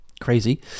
crazy